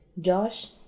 Josh